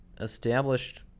established